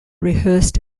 rehearsed